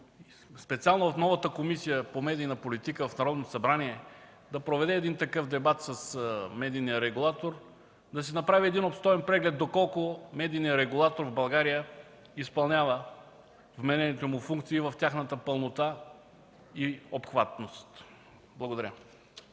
специално в новата Комисия по медийна политика в Народното събрание, да се проведе такъв дебат с медийния регулатор – да се направи обстоен преглед доколко медийният регулатор в България изпълнява вменените му функции в тяхната пълнота и обхватност. Благодаря.